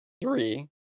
three